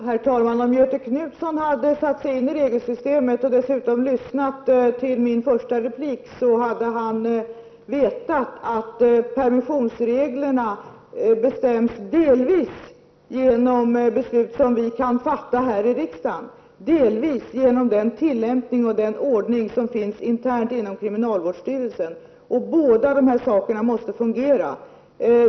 Herr talman! Om Göthe Knutson hade satt sig in i regelsystemet och dessutom lyssnat till mitt första inlägg, hade han vetat att permissionsreglerna bestäms delvis genom beslut som vi kan fatta här i riksdagen, delvis genom tillämpning av den ordning som tillämpas internt inom kriminalvårdsstyrelsen, och båda dessa saker måste fungera.